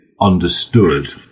understood